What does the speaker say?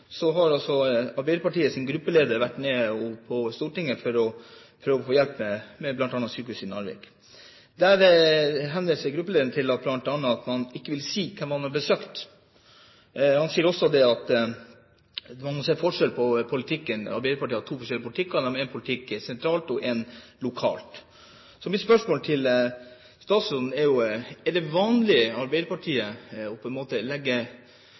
gruppeleder i bystyret i Narvik har vært på Stortinget for å prøve å få hjelp til bl.a. sykehuset i Narvik, men han vil ikke si hvem man har besøkt. Han sier også at man må se forskjell på politikken, at Arbeiderpartiet har to forskjellige politikker. Man har en politikk sentralt og en lokalt. Mitt spørsmål til statsråden er: Er det vanlig i Arbeiderpartiet på en måte